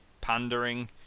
pandering